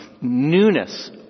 newness